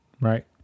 right